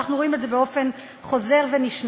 ואנחנו רואים את זה באופן חוזר ונשנה.